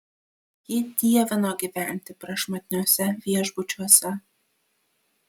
ji dievino gyventi prašmatniuose viešbučiuose